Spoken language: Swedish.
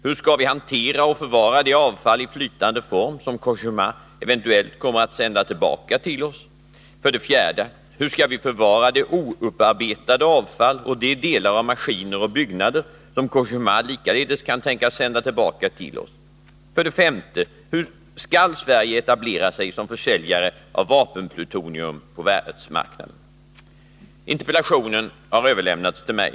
Hur skall vi hantera och förvara det avfall i flytande form som Cogéma eventuellt kommer att sända tillbaka till oss? 4. Hur skall vi förvara det oupparbetade avfall och de delar av maskiner 25 Nr 32 och byggnader som Cogéma likaledes kan tänkas sända tillbaka till oss? Måndagen den 5. Skall Sverige etablera sig som försäljare av vapenplutonium på 24 november 1980 Världsmarknaden? — oo Interpellationen har överlämnats till mig.